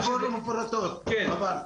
הכל זה מפורטות, חבל..